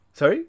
Sorry